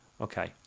okay